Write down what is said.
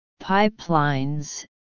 Pipelines